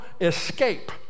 escape